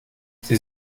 sie